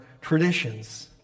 traditions